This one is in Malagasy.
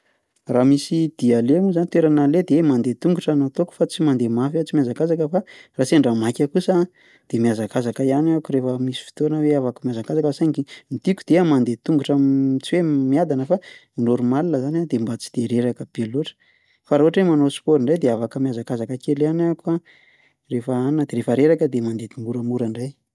Raha misy dia aleha moa za toerana aleha de mandeha tongotra no ataoko fa tsy mandeha mafy aho tsy mihazakazaka fa raha sendra maika kosa aho a de mihazakazaka ihany ahako rehefa misy fotoana hoe afaka mihazakazaka fa saingy ny tiako dia mandeha tongotra m- tsy hoe m- miadana fa normal zany a de mba tsy de reraka be loatra fa raha ohatra hoe manao sport ndray de afaka mihazakazaka kely ihany ahako a rehefa anona de rehefa reraka de mandeha moramora ndray.